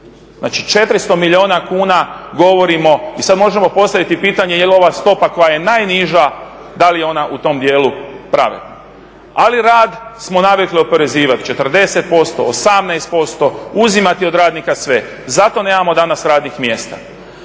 Znači 400 milijuna kuna govorimo, i sada možemo postaviti pitanje je li ova stopa koja je najniža da li je ona u tom dijelu pravedna. Ali rad smo navikli oporezivati 40%, 18%, uzimati od radnika sve. Zato nemamo danas radnih mjesta.